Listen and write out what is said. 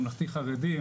ממלכתי חרדי,